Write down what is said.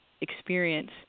experience